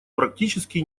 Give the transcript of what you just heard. практически